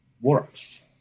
works